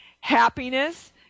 happiness